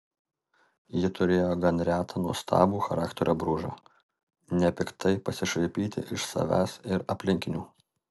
ji turėjo gan retą nuostabų charakterio bruožą nepiktai pasišaipyti iš savęs ir aplinkinių